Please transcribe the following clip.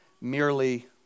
merely